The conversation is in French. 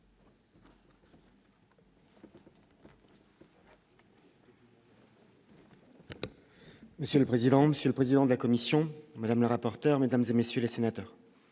Monsieur le président, Monsieur le président de la commission Madame le rapporteur, mesdames et messieurs les sénateurs,